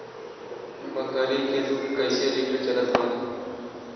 बकरी के दूध कइसे लिटर चलत बा?